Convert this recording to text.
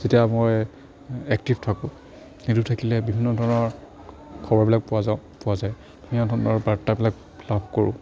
যেতিয়া মই এক্টিভ থাকোঁ সেইটো থাকিলে বিভিন্ন ধৰণৰ খবৰবিলাক পোৱা যাওঁক পোৱা যায় বিভিন্ন ধৰণৰ বাৰ্তাবিলাক লাভ কৰোঁ